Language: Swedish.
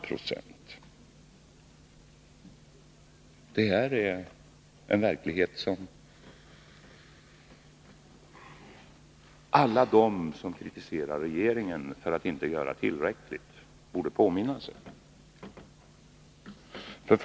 Detta är en verklighet som alla de som kritiserar regeringen för att inte göra tillräckligt borde påminna sig.